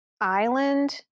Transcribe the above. island